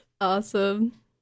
Awesome